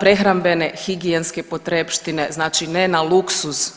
prehrambene, higijenske potrepštine, znači ne na luksuz.